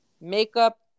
makeup